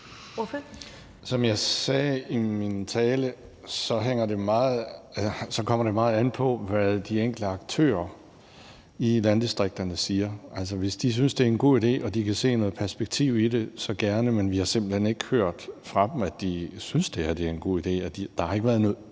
Som jeg sagde i min tale, kommer det meget an på, hvad de enkelte aktører i landdistrikterne siger. Altså, hvis de synes, det er en god idé, og de kan se noget perspektiv i det, så gerne for mig; men vi har simpelt hen ikke hørt fra dem, at de synes det her er en god idé. Der har ikke været noget